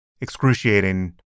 excruciating